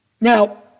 Now